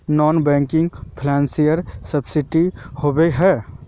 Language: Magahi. नॉन बैंकिंग फाइनेंशियल सर्विसेज होबे है?